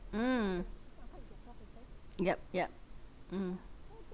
mm yup yup mm